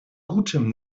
gutem